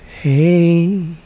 hey